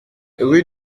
rue